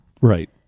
Right